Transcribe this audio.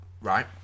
Right